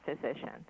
physicians